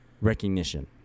recognition